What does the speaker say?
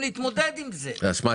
לא, נעמה.